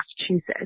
Massachusetts